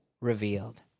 revealed